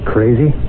Crazy